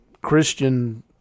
Christian